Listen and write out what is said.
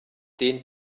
den